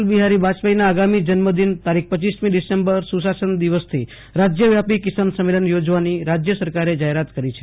અટલ બિહારી બાજપેથી ના આગામી જન્મ દિન રપ ડિસેમ્બર સુશાસન દિવસથી રાજ્યવ્યાપી કિસાન સંમેલન યોજવાની રાજય સરકારે જાહેરાત કરી છે